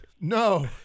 No